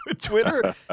Twitter